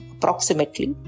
Approximately